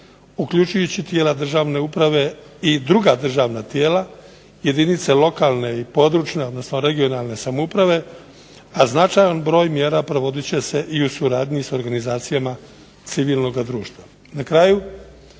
uključujući tijela državne uprave i druga državna tijela jedinica lokalne i područne (regionalne) samouprave, a značajan broj mjera provodit će se i u suradnji s organizacijama civilnoga društva.